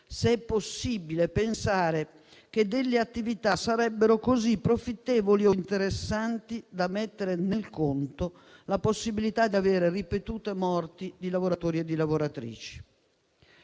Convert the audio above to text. se sia possibile pensare che delle attività siano così profittevoli o interessanti da mettere nel conto la possibilità di avere ripetute morti di lavoratori e di lavoratrici.